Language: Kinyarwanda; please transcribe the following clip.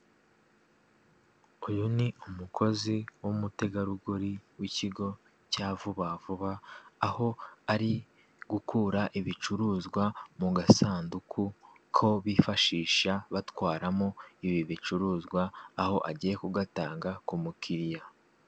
Uyu ni umukozi w'umutegarugori w'ikigo cya vubavuba aho ari gukura ibicuruzwa mu gasanduku ko bifashisha batwaramo ibi bicuruzwa aho agiye kugatanga ku mukiriya.